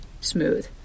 smooth